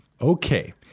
Okay